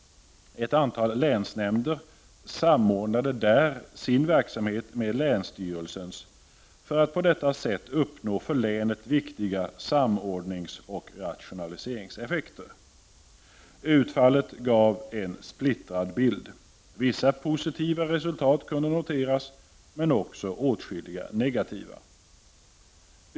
Ett antal länsnämnder samordnade där sin verksamhet med länsstyrelsen, för att på detta sätt uppnå för länet viktiga samordningsoch rationaliseringseffekter. Utfallet gav en splittrad bild. Vissa positiva resultat kunde noteras, men också åtskilliga negativa.